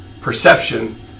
perception